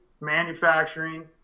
manufacturing